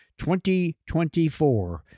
2024